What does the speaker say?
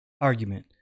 argument